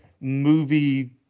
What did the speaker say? movie